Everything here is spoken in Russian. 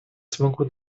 смогу